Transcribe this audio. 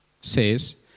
says